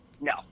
No